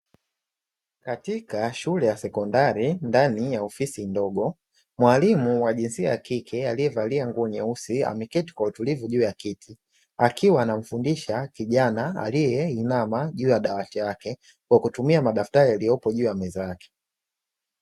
Katika shule ya sekondari ndani ya ofisi ndogo, mwalimu wa jinsia ya kike aliyevalia nguo nyeusi; ameketi kwa utulivu juu ya kiti, akiwa anamfundisha kijana aliyeinama juu ya dawati lake, kwa kutumia madaftari yaliyopo juu ya meza yake.